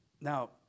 Now